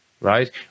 right